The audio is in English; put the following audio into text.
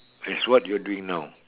as what you are doing now